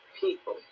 people